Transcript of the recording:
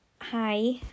Hi